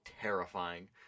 terrifying